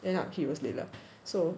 end up he was late lah so